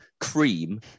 cream